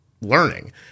learning